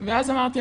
ואז אמרתי,